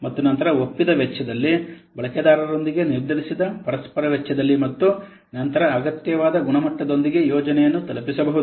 ಮತ್ತು ನಂತರ ಒಪ್ಪಿದ ವೆಚ್ಚದಲ್ಲಿ ಬಳಕೆದಾರರೊಂದಿಗೆ ನಿರ್ಧರಿಸಿದ ಪರಸ್ಪರ ವೆಚ್ಚದಲ್ಲಿ ಮತ್ತು ನಂತರ ಅಗತ್ಯವಾದ ಗುಣಮಟ್ಟದೊಂದಿಗೆ ಯೋಜನೆಯನ್ನು ತಲುಪಿಸಬಹುದು